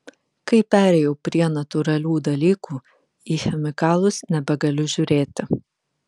kai perėjau prie natūralių dalykų į chemikalus nebegaliu žiūrėti